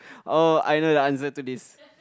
oh I know the answer to this